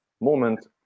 moment